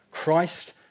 Christ